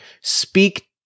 speak